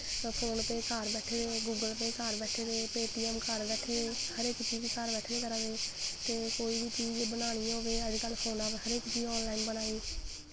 phone पे घर बैैठे दे गुगल पे घर बैठे दे पे टी ऐम्म घर बैठे दे हर इक चीज़ घर बैठे दे करा दे ते कोई बी चीज़ बनानी होए अजकल्ल कल हर अक चीज़ फोनां पर ऑन लाईन बना दी